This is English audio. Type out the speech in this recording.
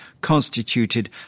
constituted